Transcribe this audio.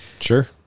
Sure